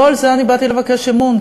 לא על זה אני באתי לבקש אמון,